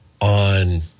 on